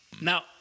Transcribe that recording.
Now